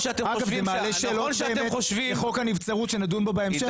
זה באמת מעלה שאלות בחוק הנבצרות שנדון בו בהמשך.